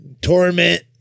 torment